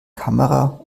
kamera